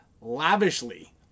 lavishly